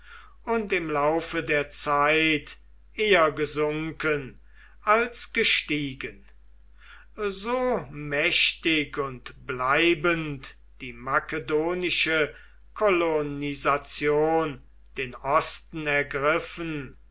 und im lauf der zeit eher gesunken als gestiegen so mächtig und bleibend die makedonische kolonisation den osten ergriffen